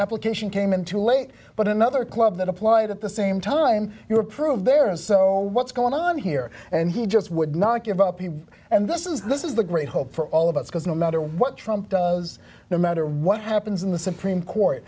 application came in too late but another club that applied at the same time you were proved there and so what's going on here and he just would not give up he and this is this is the great hope for all of us because no matter what trump does no matter what happens in the supreme court